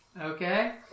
okay